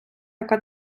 яка